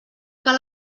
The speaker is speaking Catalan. cal